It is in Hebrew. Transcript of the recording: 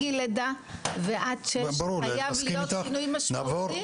מגיל לידה ועד שש חייב להיות שינוי משמעותי.